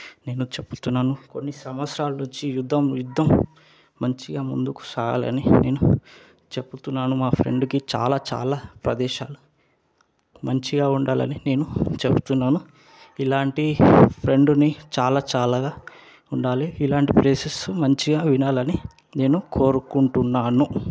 నేను చెపుతున్నాను కొన్ని సంవత్సరాలు నుంచి యుద్ధం యుద్ధం మంచిగా ముందుకు సాగాలని నేను చెపుతున్నాను మా ఫ్రెండ్కి చాలా చాలా ప్రదేశాలు మంచిగా ఉండాలని నేను చెబుతున్నాను ఇలాంటి ఫ్రెండ్ని చాలా చాలా ఉండాలి ఇలాంటి ప్లేసెస్ మంచిగా వినాలని నేను కోరుకుంటున్నాను